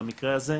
במקרה הזה,